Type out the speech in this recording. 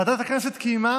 ועדת הכנסת קיימה